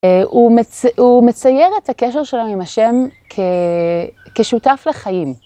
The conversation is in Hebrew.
הוא מצייר את הקשר שלו עם השם כשותף לחיים.